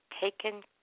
taken